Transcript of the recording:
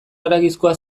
haragizkoa